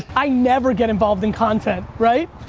i never get involved in content right?